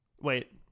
Wait